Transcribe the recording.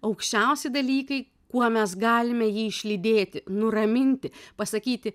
aukščiausi dalykai kuo mes galime jį išlydėti nuraminti pasakyti